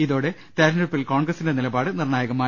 ഇതോടെ തെരഞ്ഞെടുപ്പിൽ കോൺഗ്രസിന്റെ നിലപാട് നിർണായകമായി